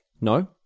No